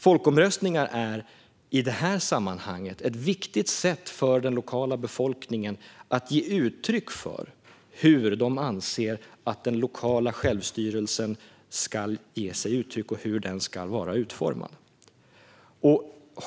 Folkomröstningar är i det här sammanhanget ett viktigt sätt för den lokala befolkningen att ge uttryck för hur de anser att den lokala självstyrelsen ska ta sig uttryck och hur den ska vara utformad.